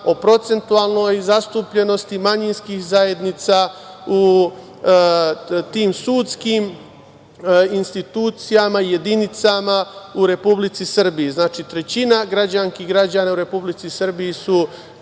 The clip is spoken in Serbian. o procentualnoj zastupljenosti manjinskih zajednica u tim sudskim institucijama i jedinicama u Republici Srbiji. Znači, trećina građanki i građana u Republici Srbiji su